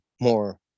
more